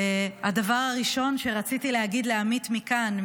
הדבר הראשון שרציתי להגיד לעמית מכאן,